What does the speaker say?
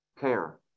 care